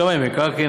שמאי מקרקעין,